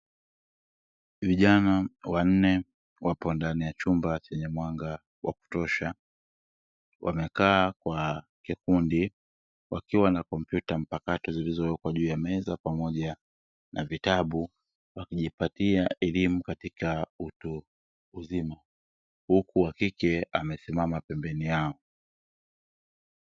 Vijana wanne wapo ndani ya chumba chenye mwanga wa kutosha wamekaa kwa kikundi wakiwa na kompyuta mpakato zilozowekwa juu ya meza pamoja na vitabu. Wakijipatia elimu katika utu uzima huku wa kike amesimama pembeni yao.